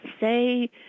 say